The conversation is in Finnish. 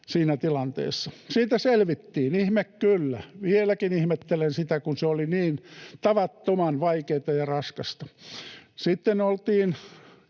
siinä tilanteessa. Siitä selvittiin, ihme kyllä. Vieläkin ihmettelen sitä, kun se oli niin tavattoman vaikeaa ja raskasta. Sitten oltiin